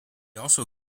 also